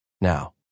now